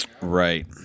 right